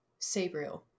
Sabriel